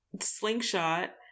slingshot